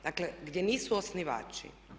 Dakle gdje nisu osnivači.